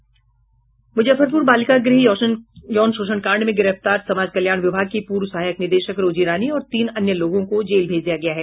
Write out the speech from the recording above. मुजफ्फरपुर बालिका गृह यौन शोषण कांड में गिरफ्तार समाज कल्याण विभाग की पूर्व सहायक निदेशक रोजी रानी और तीन अन्य लोगों को जेल भेज दिया गया है